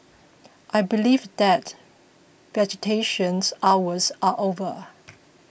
I believe that visitations hours are over